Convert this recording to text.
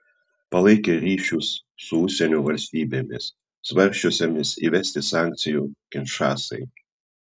palaikė ryšius su užsienio valstybėmis svarsčiusiomis įvesti sankcijų kinšasai